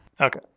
Okay